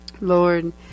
Lord